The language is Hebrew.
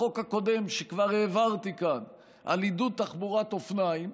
לחוק הקודם שכבר העברתי כאן על עידוד תחבורת אופניים,